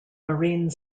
marine